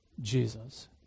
Jesus